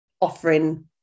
offering